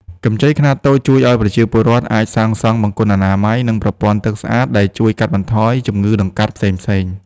កម្ចីខ្នាតតូចជួយឱ្យប្រជាពលរដ្ឋអាចសាងសង់បង្គន់អនាម័យ និងប្រព័ន្ធទឹកស្អាត ដែលជួយកាត់បន្ថយជំងឺដង្កាត់ផ្សេងៗ។